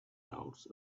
doubts